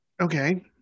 Okay